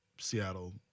Seattle